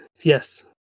Yes